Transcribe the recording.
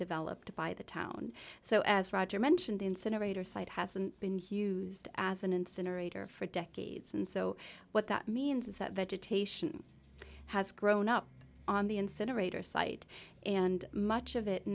developed by the town so as roger mentioned incinerator site hasn't been hughes as an incinerator for decades and so what that means is that vegetation has grown up on the incinerator site and much of it